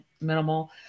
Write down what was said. minimal